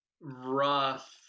Rough